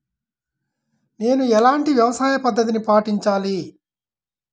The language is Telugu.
నేను ఎలాంటి వ్యవసాయ పద్ధతిని పాటించాలి?